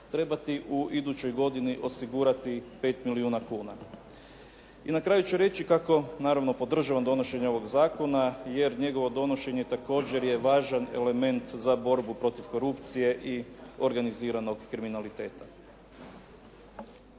trebati u idućoj godini osigurati 5 milijuna kuna. I na kraju ću reći kako naravno podržavam donošenje ovog zakona jer njegovo donošenje također je važan element za borbu protiv korupcije i organiziranog kriminaliteta.